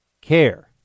care